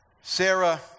Sarah